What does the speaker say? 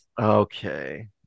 Okay